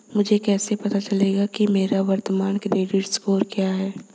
मुझे कैसे पता चलेगा कि मेरा वर्तमान क्रेडिट स्कोर क्या है?